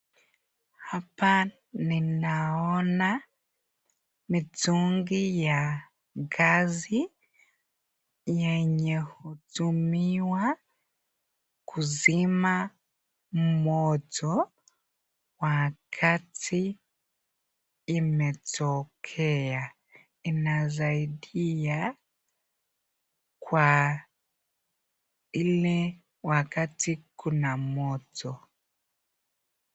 Hapa ninaona mitungi ya gesi yenye hutumiwa kuzima moto wakati imetokea inasaidia kwa ile wakati kuna moto.